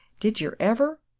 did yer ever!